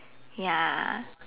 ya